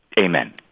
Amen